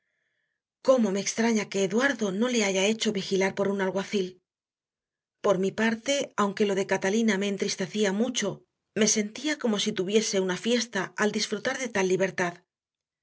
que me extraña que eduardo no le haya hecho vigilar por un alguacil por mi parte aunque lo de catalina me entristecía mucho me sentía como si tuviese una fiesta al disfrutar de tal libertad